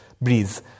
breeze